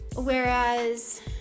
Whereas